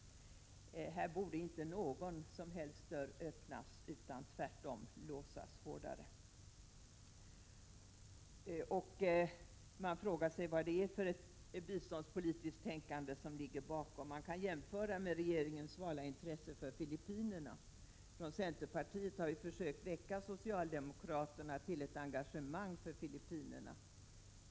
Här borde inte några dörrar öppnas utan tvärtom förses med säkrare lås. Man frågar sig vad det är för biståndspolitiskt tänkande som ligger bakom. Man kan jämföra med regeringens svala intresse för Filippinerna. Från centerpartiet har vi försökt väcka socialdemokraterna till ett engagemang för Filippinerna.